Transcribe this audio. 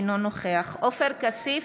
אינו נוכח עופר כסיף,